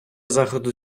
заходу